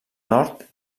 nord